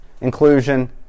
inclusion